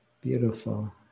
Beautiful